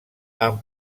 amb